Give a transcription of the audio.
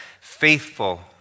faithful